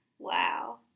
Wow